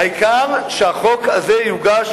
העיקר שהחוק הזה יוגש,